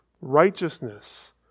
righteousness